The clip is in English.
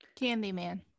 Candyman